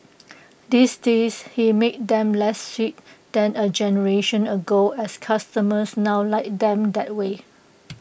these days he makes them less sweet than A generation ago as customers now like them that way